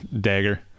dagger